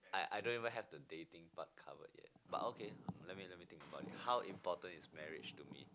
I I don't even have the dating part covered yet but okay let me let me think about it how important is marriage to me